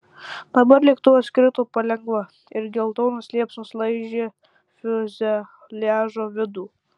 dabar lėktuvas krito palengva ir geltonos liepsnos laižė fiuzeliažo vidų